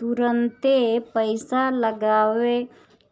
तुरंते पईसा लगावे